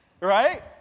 Right